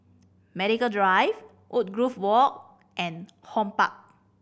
Medical Drive Woodgrove Walk and HortPark